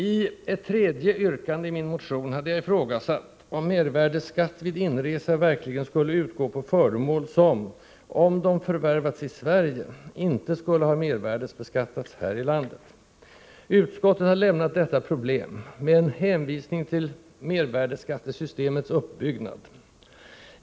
I ett tredje yrkande i min motion hade jag ifrågasatt om mervärdeskatt vid inresa verkligen skulle utgå även på föremål som — om de förvärvats i Sverige —- inte skulle ha mervärdebeskattats här i landet. Utskottet har lämnat detta problem med en hänvisning till mervärdeskattesystemets uppbyggnad.